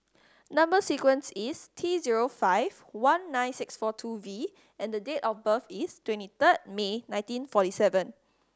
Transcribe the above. number sequence is T zero five one nine six four two V and the date of birth is twenty third May nineteen forty seven